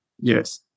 Yes